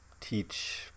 teach